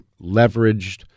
leveraged